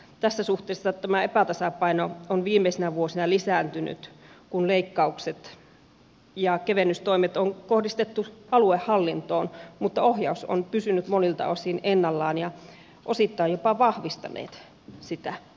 tässä suhteessa tämä epätasapaino on viimeisinä vuosina lisääntynyt kun leikkaukset ja kevennystoimet on kohdistettu aluehallintoon mutta ohjaus on pysynyt monilta osin ennallaan ja osittain jopa vahvistanut sitä